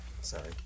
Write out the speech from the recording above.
sorry